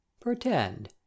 pretend